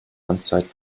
amtszeit